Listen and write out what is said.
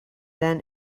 then